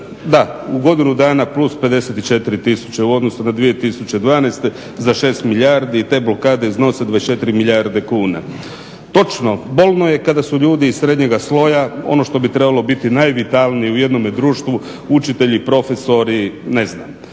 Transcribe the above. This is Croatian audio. Da, u godinu dana plus 54 tisuće u odnosu na 2012. za 6 milijardi i te blokade iznose 24 milijarde kuna. Točno, bolno je kada su ljudi iz srednjega sloja ono što bi trebalo biti najvitalniji u jednome društvu učitelji, profesori, ne znam,